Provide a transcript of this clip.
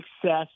success